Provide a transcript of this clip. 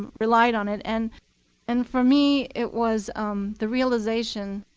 relied on it. and and for me, it was um the realization